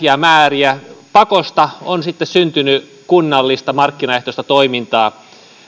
erilaisia määriä ja pakosta on sitten syntynyt kunnallista markkinaehtoista toimintaa